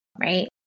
Right